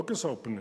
לא כשר הפנים,